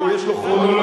יש לו כרונולוגיה,